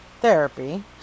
therapy